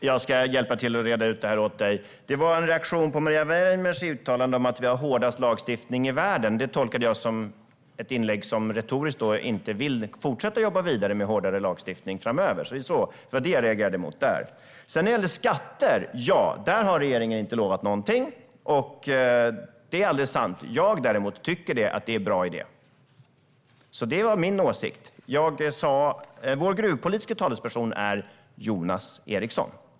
Herr talman! Jag ska hjälpa till och reda ut detta åt Hanif Bali. Det jag sa var en reaktion på Maria Weimers uttalande om att Sverige har den hårdaste lagstiftningen i världen. Det tolkade jag som ett inlägg som retoriskt innebär att man inte vill fortsätta att jobba vidare med hårdare lagstiftning framöver. Det var det jag reagerade mot. När det gäller skatter har regeringen inte lovat någonting; det är alldeles sant. Jag, däremot, tycker att det är en bra idé. Det var min åsikt. Vår gruvpolitiske talesperson är Jonas Eriksson.